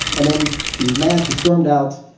and then she was mad. she stormed out.